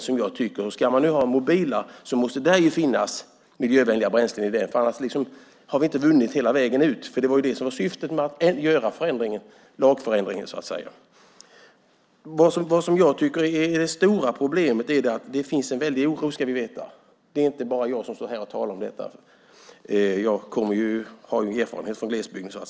Ska man nu ha mobila mackar måste det finnas miljövänliga bränslen i dem. Annars har vi inte vunnit hela vägen fram, och det var ju syftet med lagändringen. Vad jag tycker är det stora problemet är att det finns en väldig oro, ska ni veta. Det är inte bara jag som står här och talar om detta. Jag har ju erfarenhet från glesbygden.